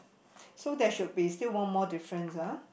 so that should be still one more difference ah